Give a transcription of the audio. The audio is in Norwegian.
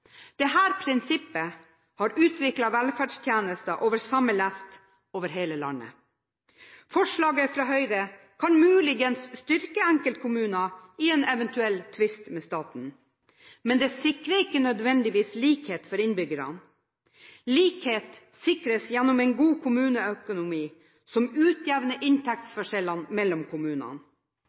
prinsippet har utviklet velferdstjenester over samme lest over hele landet. Forslaget fra Høyre kan muligens styrke enkeltkommuner i en eventuell tvist med staten, men det sikrer ikke nødvendigvis likhet for innbyggerne. Likhet sikres gjennom en god kommuneøkonomi, som utjevner inntektsforskjellene mellom kommunene.